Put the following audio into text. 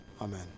Amen